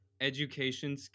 education